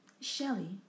Shelley